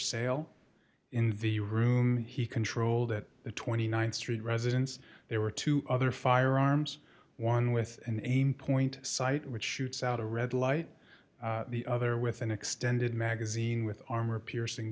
sale in the room he controlled at the th street residence there were two other firearms one with an aim point site which shoots out a red light the other with an extended magazine with armor piercing